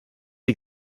die